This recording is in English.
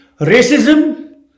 racism